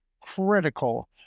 critical